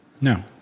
No